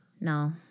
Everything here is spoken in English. No